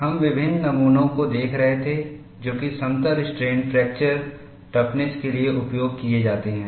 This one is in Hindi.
हम विभिन्न नमूनों को देख रहे थे जो कि समतल स्ट्रेन फ्रैक्चर टफनेस के लिए उपयोग किए जाते हैं